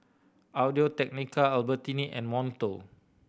Audio Technica Albertini and Monto